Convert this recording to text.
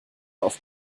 auf